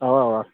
اِوا اَوا